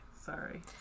Sorry